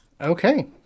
Okay